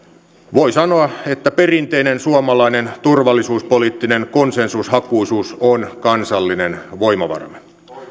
voi sanoa että perinteinen suomalainen turvallisuuspoliittinen konsensushakuisuus on kansallinen voimavaramme